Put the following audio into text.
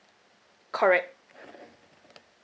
correct